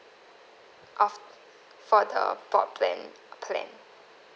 off for the broadband plan